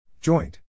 Joint